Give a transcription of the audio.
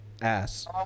ass